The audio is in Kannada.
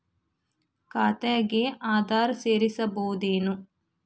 ಖಾತೆಗೆ ಆಧಾರ್ ಸೇರಿಸಬಹುದೇನೂ?